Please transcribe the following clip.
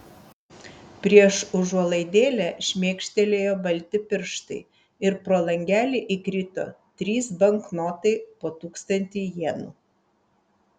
prieš užuolaidėlę šmėkštelėjo balti pirštai ir pro langelį įkrito trys banknotai po tūkstantį jenų